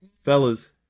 Fellas